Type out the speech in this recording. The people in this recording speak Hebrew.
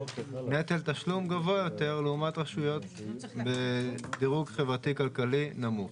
נטל תשלום גבוה יותר לעומת רשויות בדירוג חברתי כלכלי נמוך.